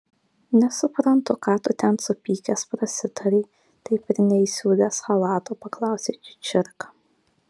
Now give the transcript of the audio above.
nesuprantu ką tu ten supykęs prasitarei taip ir neįsiūlęs chalato paklausė čičirka